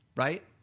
Right